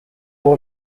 pour